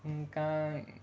ఇంకా